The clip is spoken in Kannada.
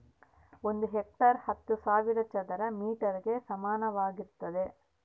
ಒಂದು ಹೆಕ್ಟೇರ್ ಹತ್ತು ಸಾವಿರ ಚದರ ಮೇಟರ್ ಗೆ ಸಮಾನವಾಗಿರ್ತದ